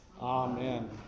Amen